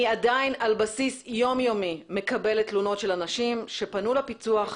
אני עדיין על בסיס יום יומי אני מקבלת תלונות של אנשים שפנו לפיצו"ח